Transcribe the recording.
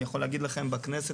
אני יכול להגיד לכם שבכנסת,